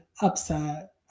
upset